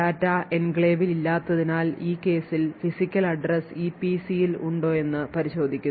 data എൻക്ലേവിൽ ഇല്ലാത്തതിനാൽ ഈ കേസിൽ physical address ഇപിസിയിൽ ഉണ്ടോ എന്ന് പരിശോധിക്കുന്നു